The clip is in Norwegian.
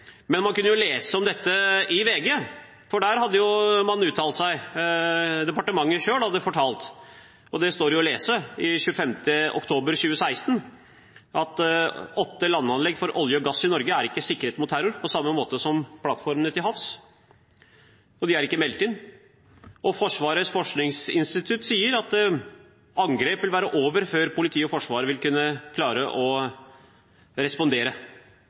Men man kunne lese om dette i VG, for der hadde man uttalt seg – departementet selv hadde uttalt seg. Der står det å lese 25. oktober 2016: «Åtte landanlegg for olje og gass i Norge er ikke sikret mot terror på samme måte som plattformene til havs.» De er ikke meldt inn. Forsvarets forskningsinstitutt sier at angrepet vil være over før politiet og Forsvaret vil kunne klare å respondere.